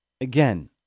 Again